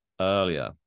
earlier